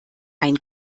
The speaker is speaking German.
ein